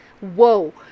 Whoa